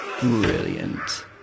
brilliant